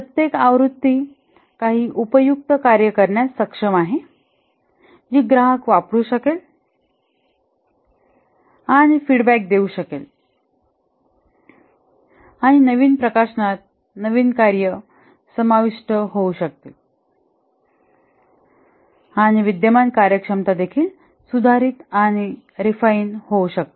प्रत्येक आवृत्ती काही उपयुक्त कार्य करण्यास सक्षम आहे जी ग्राहक वापरू शकेल आणि फीडबॅक देऊ शकेल आणि नवीन प्रकाशनात नवीन कार्ये समाविष्ट होऊ शकतात आणि विद्यमान कार्यक्षमता देखील सुधारित आणि रिफाइन होऊ शकतात